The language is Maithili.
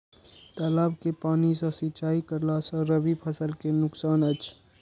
तालाब के पानी सँ सिंचाई करला स रबि फसल के नुकसान अछि?